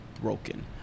broken